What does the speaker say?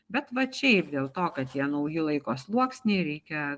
bet vat čia ir dėl to kad tie nauji laiko sluoksniai reikia